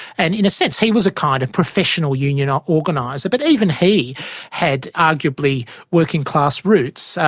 and in a sense he was a kind of professional union ah organiser, but even he had arguably working class roots.